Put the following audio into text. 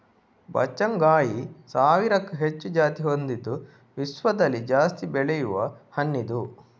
ಬಚ್ಚಗಾಂಯಿ ಸಾವಿರಕ್ಕೂ ಹೆಚ್ಚು ಜಾತಿ ಹೊಂದಿದ್ದು ವಿಶ್ವದಲ್ಲಿ ಜಾಸ್ತಿ ಬೆಳೆಯುವ ಹಣ್ಣಿದು